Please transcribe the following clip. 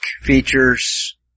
features